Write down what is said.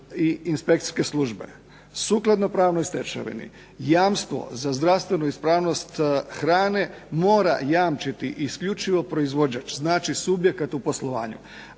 i inspekcijske službe. Sukladno pravnoj stečevini jamstvo za zdravstvenu ispravnost hrane mora jamčiti isključivo proizvođač, znači subjekat u poslovanju,